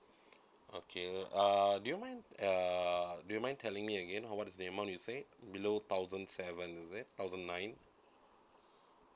okay uh do you mind uh do you mind telling me again what is the amount you say below thousand seven is it thousand nine